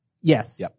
Yes